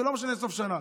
ולא משנה סוף שנה.